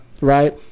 right